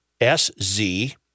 S-Z